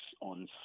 on